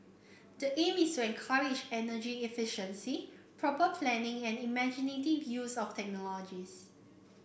the aim is to encourage energy efficiency proper planning and imaginative use of technology